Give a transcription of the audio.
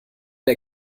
der